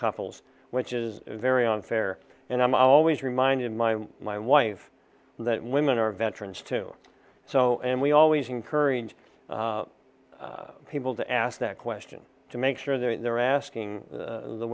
couples which is very unfair and i'm always reminding my my wife that women are veterans too so and we always encourage people to ask that question to make sure they're asking the